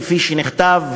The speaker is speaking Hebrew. כפי שנכתב,